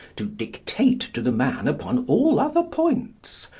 to dictate to the man upon all other points,